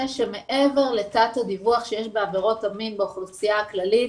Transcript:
שמעבר לתת-הדיווח שיש בעבירות המין באוכלוסייה הכללית,